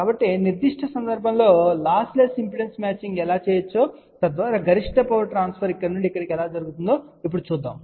కాబట్టి నిర్దిష్ట సందర్భంలో లాస్లెస్ ఇంపిడెన్స్ మ్యాచింగ్ ఎలా చేయవచ్చో తద్వారా గరిష్ట పవర్ ట్రాన్స్ఫర్ ఇక్కడ నుండి ఇక్కడికి జరుగుతుందో ఇప్పుడు చూద్దాం